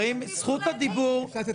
חברים, זכות הדיבור --- אפשר לתת לה את המגש.